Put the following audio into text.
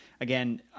Again